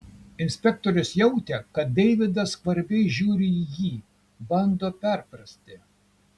inspektorius jautė kad deividas skvarbiai žiūri į jį bando perprasti